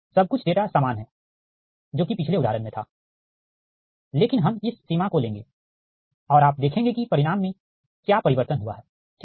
सब कुछ डेटा सामान है जो कि पिछले उदाहरण में था लेकिन हम इस सीमा को लेंगे और आप देखेंगे कि परिणाम में क्या परिवर्तन हुआ हैं ठीक